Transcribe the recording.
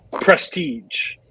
Prestige